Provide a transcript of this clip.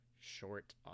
short